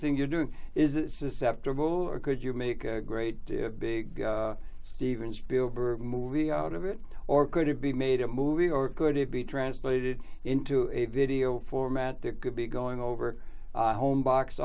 think you're doing is it susceptible or could you make a great big steven spielberg movie out of it or could it be made a movie or could it be translated into a video format there could be going over home box